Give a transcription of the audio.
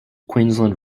queensland